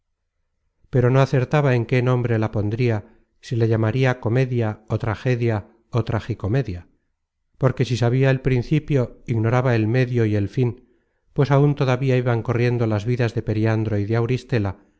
pero no acertaba en qué nombre la pondria si la llamaria comedia o tragedia ó tragicomedia porque si sabia el principio ignoraba el medio y el fin pues áun todavía iban corriendo las vidas de periandro y de auristela